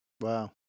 Wow